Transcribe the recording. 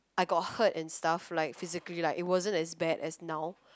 I got hurt and stuff like physically like it wasn't as bad as now